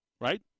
right